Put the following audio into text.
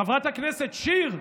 חברת הכנסת שיר,